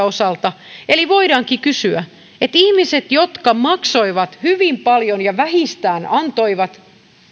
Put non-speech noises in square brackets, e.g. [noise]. [unintelligible] osalta oli eli voidaankin sanoa että ihmiset jotka maksoivat hyvin paljon ja vähistään antoivat